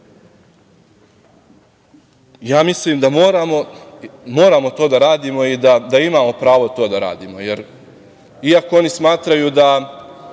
mislim da moramo to da radimo i da imamo pravo to da radimo, iako oni smatraju da